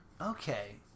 Okay